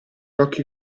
occhi